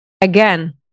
Again